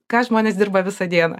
ką žmonės dirba visą dieną